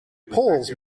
poles